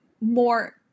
more